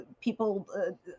people